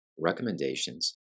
recommendations